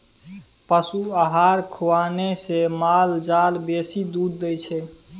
पशु आहार खुएने से माल जाल बेसी दूध दै छै